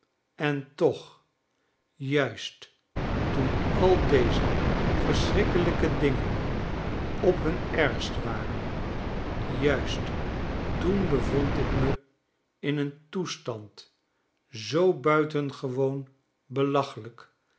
en toch juist toen al deze verschrikkelijke dingen op hun ergst waren juist toen bevond ik me in een toestand zoo buitengewoon belachelijk